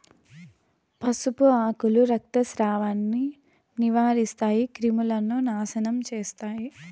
పసుపు ఆకులు రక్తస్రావాన్ని నివారిస్తాయి, క్రిములను నాశనం చేస్తాయి